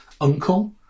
uncle